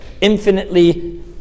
Infinitely